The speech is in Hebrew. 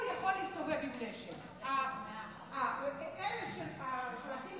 הוא יכול להסתובב עם נשק האחים לנשק,